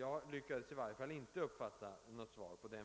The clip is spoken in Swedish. Jag lyckades i varje fall inte uppfatta något svar.